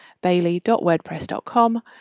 bailey.wordpress.com